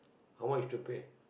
how much to pay